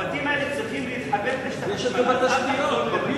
הבתים האלה צריכים להתחבר לרשת החשמל,